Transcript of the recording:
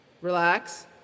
relax